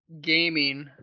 gaming